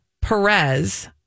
Perez